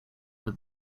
with